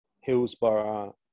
Hillsborough